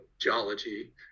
geology